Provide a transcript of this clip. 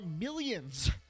millions